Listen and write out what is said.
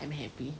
I'm happy